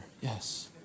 yes